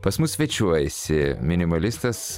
pas mus svečiuojasi minimalistas